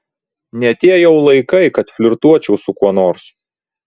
ne tie jau laikai kad flirtuočiau su kuo nors